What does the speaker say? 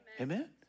Amen